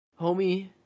homie